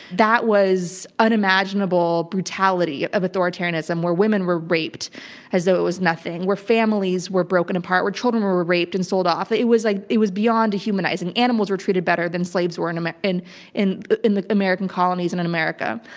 that was unimaginable brutality of authoritarianism where women were raped as though it was nothing, where families were broken apart, where children were were raped and sold off. that was like it was beyond a humanizing. animals were treated better than slaves were and um and in in the american colonies and in america.